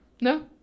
No